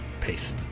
Peace